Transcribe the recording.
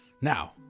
Now